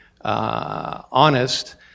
honest